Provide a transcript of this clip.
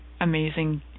amazing